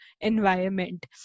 environment